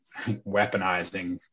weaponizing